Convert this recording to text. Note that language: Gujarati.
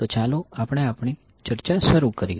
તો ચાલો આપણે આપણી ચર્ચા શરૂ કરીએ